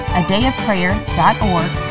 adayofprayer.org